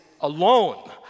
alone